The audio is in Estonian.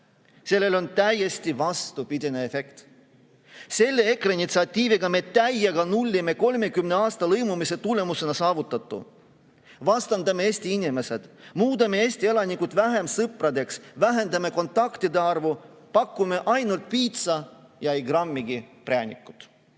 Sellel on täiesti vastupidine efekt. Selle EKRE initsiatiiviga me täiega nullime 30 aasta lõimumise tulemusena saavutatu. Me vastandame Eesti inimesi, muudame Eesti elanikud vähem sõpradeks, vähendame kontaktide arvu, pakume ainult piitsa ja ei grammigi präänikut.